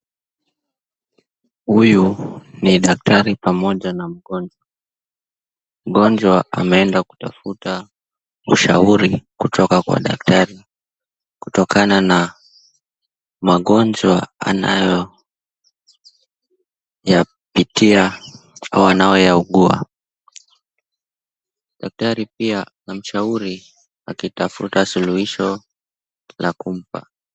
Huyu ni daktari pamoja na mgonjwa. Mgonjwa ameenda kutafuta ushauri kutoka kwa daktari. Kutokana na magonjwa anayoyapitia au anayoyaugua. Daktari pia anamshauri akitafuta suluhisho la kumpa.